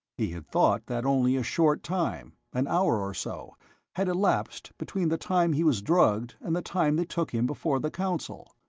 he had thought that only a short time an hour or so had elapsed between the time he was drugged and the time they took him before the council.